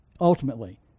ultimately